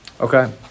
Okay